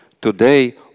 Today